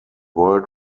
world